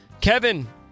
Kevin